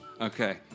Okay